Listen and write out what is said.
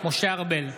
משה ארבל,